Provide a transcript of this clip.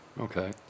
okay